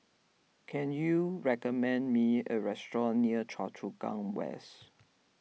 can you recommend me a restaurant near Choa Chu Kang West